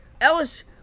Ellis